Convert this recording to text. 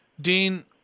Dean